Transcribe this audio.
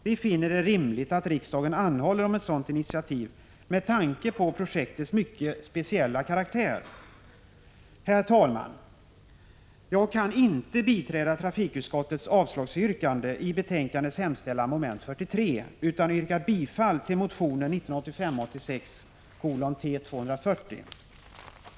Vi finner det rimligt att riksdagen anhåller om ett sådant initiativ med tanke på projektets mycket speciella karaktär. Herr talman! Jag kan inte biträda trafikutskottets avslagsyrkande i betänkandets hemställan mom. 43, utan yrkar bifall till motion 1985/86:T240 som sammanfaller med yrkandet i reservation 20.